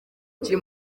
kiri